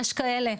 יש כאלה,